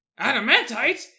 Adamantite